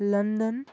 London